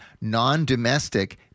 non-domestic